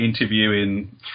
interviewing